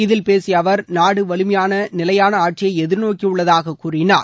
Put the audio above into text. இதில் பேசிய அவர் நாடு வலிமையான நிலையான ஆட்சியை எதிர்நோக்கியுள்ளதாக கூறினார்